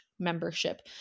membership